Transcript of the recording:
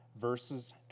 verses